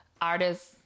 artists